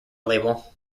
label